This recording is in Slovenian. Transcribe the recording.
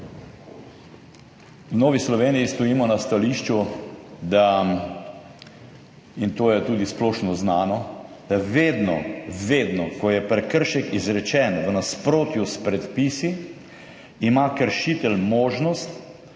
V Novi Sloveniji stojimo na stališču, in to je tudi splošno znano, da ima vedno vedno, ko je prekršek izrečen v nasprotju s predpisi, kršitelj možnost,